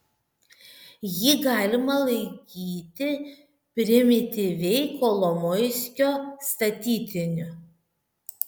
jį galima laikyti primityviai kolomoiskio statytiniu